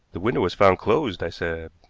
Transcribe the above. the window was found closed, i said,